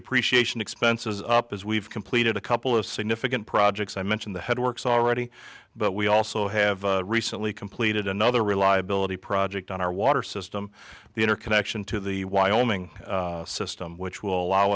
depreciation expenses up as we've completed a couple of significant projects i mentioned the head works already but we also have recently completed another reliability project on our water system the inner connection to the wyoming system which will allow